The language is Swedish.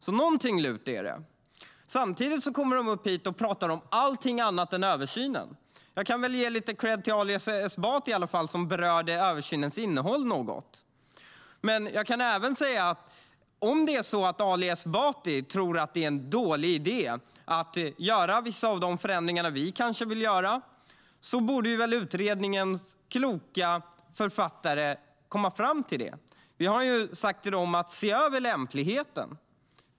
Det är alltså något lurt. Samtidigt kommer de upp hit och pratar om allt annat än översynen. Jag kan väl ge lite kredd till Ali Esbati i alla fall, som berörde översynens innehåll något. Men jag kan även säga: Om Ali Esbati tror att det är en dålig idé att göra vissa av de förändringar som vi kanske vill göra borde väl utredningens kloka författare komma fram till det. Vi har ju sagt till dem att de ska se över lämpligheten.